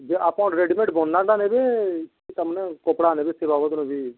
ଯେ ଆପଣ ରେଡିମେଡ୍ ନେବେ ଯେ ତାମାନେ କପଡ଼ା ନେବେ ସେ ବାବଦରେ ବି